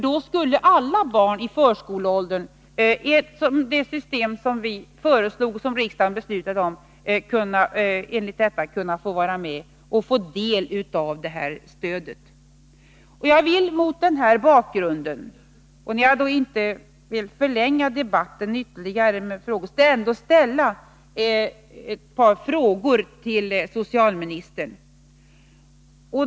Då skulle alla barn i förskoleåldern — som i det system som vi föreslog och riksdagen beslutade om — kunna få del av stödet. Jag vill mot den här bakgrunden, trots att jag inte vill förlänga debatten ytterligare med frågor, ändå ställa ett par frågor till socialministern.